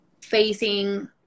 facing